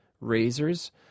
razors